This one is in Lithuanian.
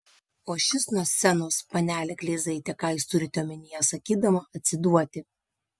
o šis nuo scenos panele kleizaite ką jūs turite omenyje sakydama atsiduoti